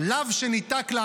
לאו שניתק לעשה.